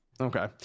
Okay